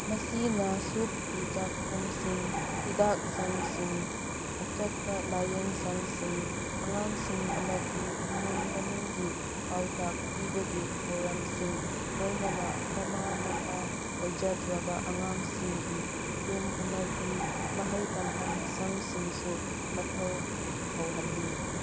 ꯃꯁꯤꯅ ꯁꯨꯛꯀꯤ ꯆꯥꯛꯈꯨꯝꯁꯤꯡ ꯍꯤꯗꯥꯛ ꯆꯥꯡꯁꯤꯡ ꯑꯆꯠꯄ ꯂꯥꯏꯌꯦꯡꯁꯪꯁꯤꯡ ꯑꯉꯥꯡꯁꯤꯡ ꯑꯃꯗꯤ ꯏꯃꯨꯡ ꯃꯅꯨꯡꯒꯤ ꯄꯥꯎꯇꯥꯛ ꯄꯤꯕꯒꯤ ꯊꯧꯔꯝꯁꯤꯡ ꯂꯣꯏꯅꯅ ꯃꯃꯥ ꯃꯄꯥ ꯂꯩꯖꯗ꯭ꯔꯕ ꯑꯉꯥꯡꯁꯤꯡꯒꯤ ꯌꯨꯝ ꯑꯃꯗꯤ ꯃꯍꯩ ꯇꯝꯐꯝ ꯁꯪꯁꯤꯡꯁꯨ ꯃꯊꯧ ꯇꯧꯍꯜꯂꯤ